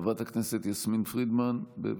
חברת הכנסת יסמין פרידמן, בבקשה,